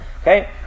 Okay